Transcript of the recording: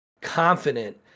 confident